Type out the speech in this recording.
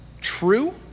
true